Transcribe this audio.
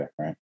right